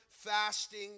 fasting